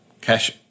Cash